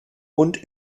und